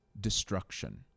destruction